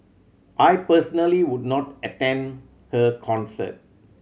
I personally would not attend her concert